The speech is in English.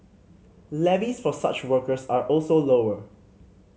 Levies for such workers are also lower